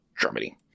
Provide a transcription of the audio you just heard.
Germany